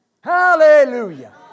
Hallelujah